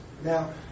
Now